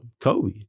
Kobe